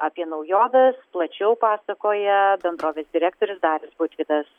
apie naujoves plačiau pasakoja bendrovės direktorius darius butvydas